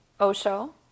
Osho